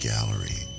Gallery